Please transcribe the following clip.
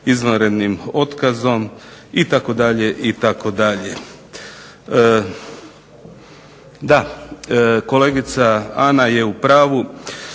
izvanrednim otkazom" itd.